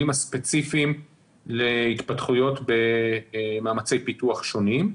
הספציפיים להתפתחויות במאמצי פיתוח שונים,